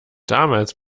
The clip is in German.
damals